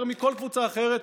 יותר מכל קבוצה אחרת,